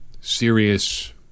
serious